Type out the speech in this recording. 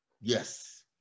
yes